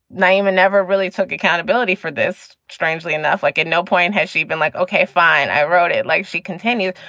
nyima never really took accountability for this. strangely enough, like, at no point has she been like, ok, fine, i wrote it like she continues.